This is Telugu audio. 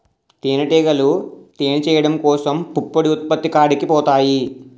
తేనిటీగలు తేనె చేయడం కోసం పుప్పొడి ఉత్పత్తి కాడికి పోతాయి